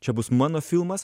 čia bus mano filmas